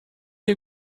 you